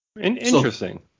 Interesting